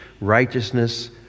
righteousness